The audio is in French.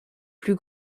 plus